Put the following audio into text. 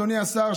אדוני השר,